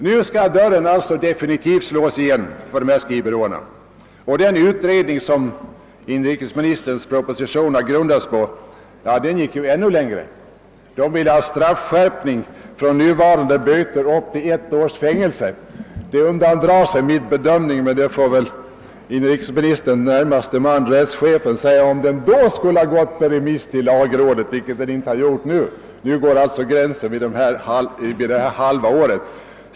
Nu skall alltså dörren definitivt slås igen för skrivbyråerna. Den utredning som inrikesministerns proposition har grundats på gick ännu längre. Utredningen föreslog en straffskärpning från böter till ett års fängelse. Det undandrar sig min bedömning — det är väl en fråga som departementschefens närmaste man, rättschefen, får svara på — om det förslaget skulle ha gått på remiss till lagrådet. Nu har alltså gränsen satts vid fängelse i ett halvt år, ett förslag som lagrådet inte haft anledning att yttra sig över.